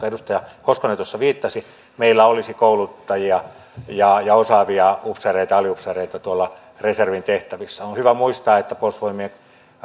edustaja hoskonen tuossa viittasi meillä olisi kouluttajia ja ja osaavia upseereita aliupseereita reservin tehtävissä on hyvä muistaa että puolustusvoimien